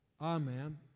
Amen